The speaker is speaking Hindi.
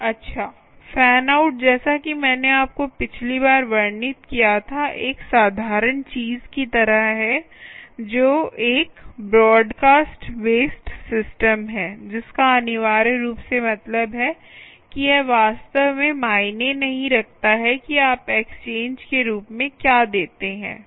अच्छा फैन आउट जैसा कि मैंने आपको पिछली बार वर्णित किया था एक साधारण चीज की तरह है जो एक ब्रॉडकास्ट बेस्ड सिस्टम है जिसका अनिवार्य रूप से मतलब है कि यह वास्तव में मायने नहीं रखता कि आप एक्सचेंज के रूप में क्या देते हैं